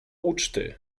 uczty